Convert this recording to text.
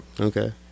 Okay